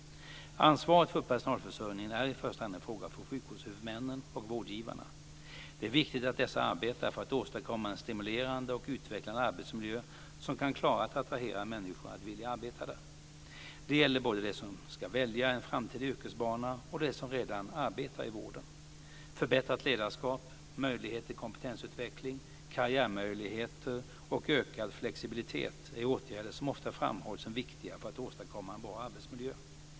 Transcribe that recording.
Ansvaret för personalförsörjningen är i första hand en fråga för sjukvårdshuvudmännen och vårdgivarna. Det är viktigt att dessa arbetar för att åstadkomma en stimulerande och utvecklande arbetsmiljö som kan klara att attrahera människor att vilja arbeta där. Det gäller både de som ska välja en framtida yrkesbana och de som redan arbetar i vården. Förbättrat ledarskap, möjlighet till kompetensutveckling, karriärmöjligheter och ökad flexibilitet är åtgärder som ofta framhålls som viktiga för att åstadkomma en bra arbetsmiljö.